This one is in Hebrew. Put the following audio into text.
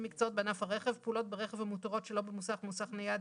ומקצועות בענף הרכב (פעולות ברכב המותרות שלא במוסך או במוסך נייד),